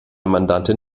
mandantin